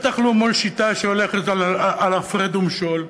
ובטח לא מול שיטה שהולכת על הפרד ומשול.